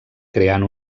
creant